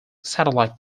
satellite